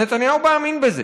נתניהו מאמין בזה.